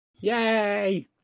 Yay